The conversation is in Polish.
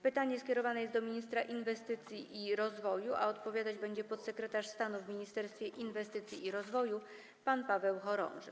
Pytanie skierowane jest do ministra inwestycji i rozwoju, a odpowiadać będzie podsekretarz stanu w Ministerstwie Inwestycji i Rozwoju pan Paweł Chorąży.